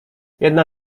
jedna